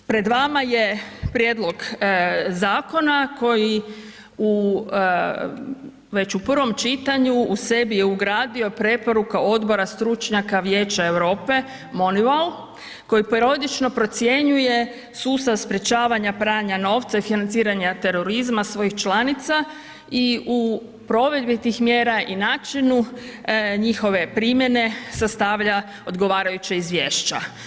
Pred vama je prijedlog zakona koji već u prvom čitanju u sebi je ugradio preporuke odbora stručnjaka, Vijeća Europe, MONEYWALL, koji periodično procjenjuje sustav sprječavanja pranja novca i financiranja terorizma svojih članica i u provedbi tih mjera i načinu njihove primjene, sastavlja odgovarajuća izvješća.